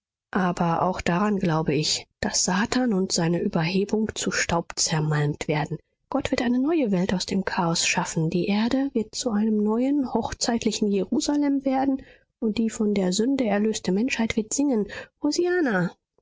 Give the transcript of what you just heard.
aber auch daran glaube ich daß satan und seine überhebung zu staub zermalmt werden gott wird eine neue welt aus dem chaos schaffen die erde wird zu einem neuen hochzeitlichen jerusalem werden und die von der sünde erlöste menschheit wird singen